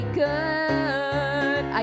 good